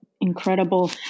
Incredible